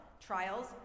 trials